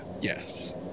Yes